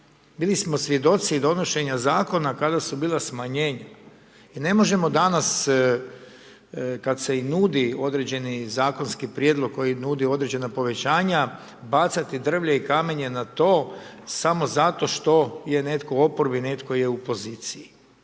Bili smo svjedoci donošenja zakona kada su bila smanjenja. I ne možemo danas kad se i nudi određeni zakonski prijedlog koji nudi određena povećanja, bacati drvlje i kamenje na to samo zato što je netko u oporbi, netko je u poziciji.